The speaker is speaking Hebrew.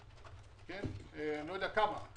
רק בשביל לסבר את האוזן,